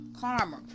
karma